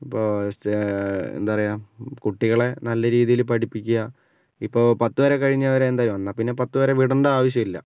അപ്പോൾ സ്ത് എന്താ പറയുക കുട്ടികളെ നല്ല രീതിയിൽ പഠിപ്പിക്കുക ഇപ്പോൾ പത്ത് വരെ കഴിഞ്ഞവരെ എന്തായാലും എന്നാൽ പിന്നെ പത്ത് വരെ വിടേണ്ട ആവശ്യം ഇല്ല